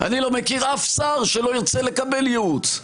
אני לא מכיר שום שר שלא ירצה לקבל ייעוץ.